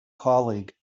colleague